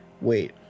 Wait